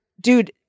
dude